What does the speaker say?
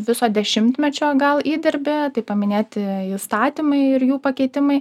viso dešimtmečio gal įdirbį tai paminėti įstatymai ir jų pakeitimai